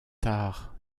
tard